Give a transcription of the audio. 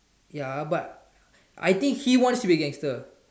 ya but I think he wants to be a gangster